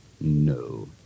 No